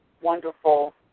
wonderful –